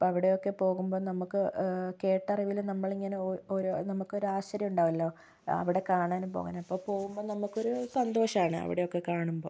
അപ്പോൾ അവിടൊയൊക്കെ പോകുമ്പോൾ നമുക്ക് കേട്ടറിവിൽ നമ്മളിങ്ങനെ ഓ ഓരോ നമുക്കൊരാശ്ചര്യം ഉണ്ടാകുമല്ലോ അവിടെ കാണാനും പോകാനും അപ്പോൾ പോകുമ്പോൾ നമുക്കൊരു സന്തോഷമാണ് അവിടെയൊക്കെ കാണുമ്പോൾ